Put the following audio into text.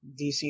DC